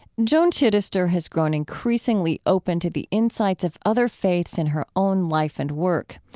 joan chittister has grown increasingly open to the insights of other faiths in her own life and work.